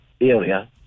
area